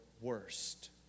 worst